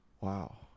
wow